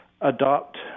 adopt